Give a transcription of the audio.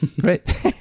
Great